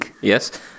yes